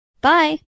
Bye